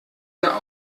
der